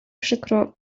przykro